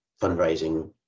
fundraising